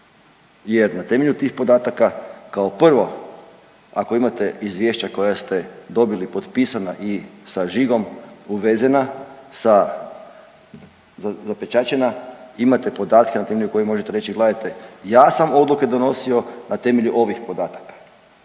jer na temelju tih podataka kao prvo ako imate izvješća koja ste dobili potpisana i sa žigom uvezena sa, zapečaćena, imate podatke na temelju kojih možete reći gledajte ja sam odluke donosio na temelju ovih podataka.